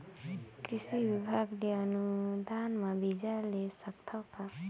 कृषि विभाग ले अनुदान म बीजा ले सकथव का?